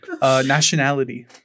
Nationality